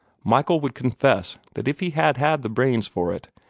michael would confess that if he had had the brains for it,